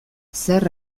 zer